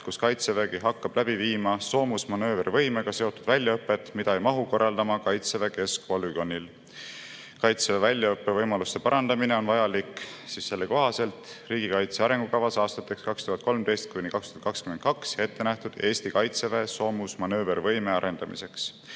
kus Kaitsevägi hakkab läbi viima soomusmanöövervõimega seotud väljaõpet, mida ei mahu korraldama Kaitseväe keskpolügoonil. Kaitseväe väljaõppevõimalusi on vaja parandada riigikaitse arengukavas aastateks 2013–2022 ettenähtud Eesti Kaitseväe soomusmanöövervõime arendamiseks.